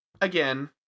again